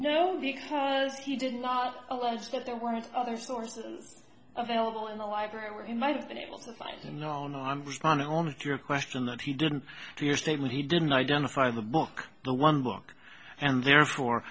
no because he did not allow it to get there weren't other sources available in the library where he might have been able to find him no no i'm responding only to your question that he didn't do your statement he didn't identify the book the one book and therefore